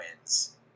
wins